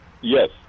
Yes